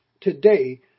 today